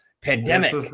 pandemic